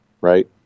Right